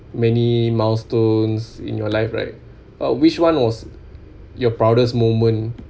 many milestones in your life right uh which one was your proudest moment